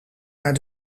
naar